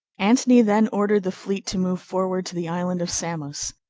antony then ordered the fleet to move forward to the island of samos.